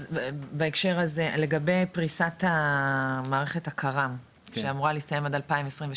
אז בהקשר הזה לגבי פריסת המערכת הקר"מ שאמורה להסתיים עד 2026,